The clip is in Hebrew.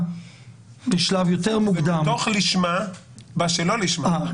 בשלב יותר מוקדם --- מתוך לשמה מה שלא לשמה.